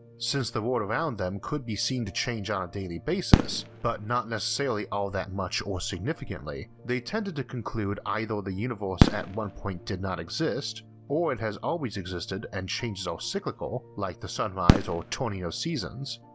since the world around them could be seen to change on a daily basis, but not necessarily all that much or significantly, they tended to conclude either the universe at one point did not exist, or it has always existed and changes are cyclical, like the sunrise or turning of seasons,